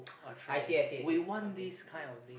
attract we want this kind of thing